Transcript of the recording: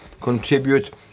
contribute